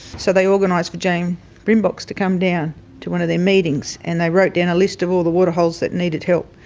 so they organised for jayne brim box to come down to one of their meetings, and they wrote down a list of all the waterholes that needed help,